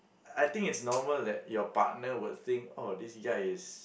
I think it's normal that your partner would think oh this guy is